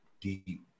deep